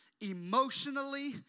emotionally